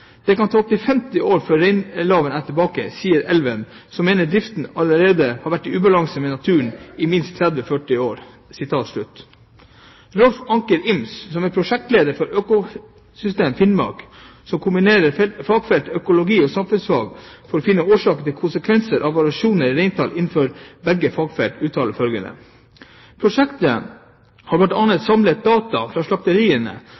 Det kan ta opptil femti år før reinlaven er tilbake Driften har allerede vært i ubalanse med naturen i minst 30 til 40 år.» Rolf Anker Ims, som er prosjektleder for Økosystem Finnmark, som kombinerer fagfeltene økologi og samfunnsfag for å finne årsaker til og konsekvenser av variasjoner i reintall innenfor begge fagfelt, uttaler følgende: «Prosjektet har